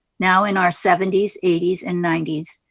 now in our seventy s, eighty s, and ninety s,